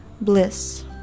Bliss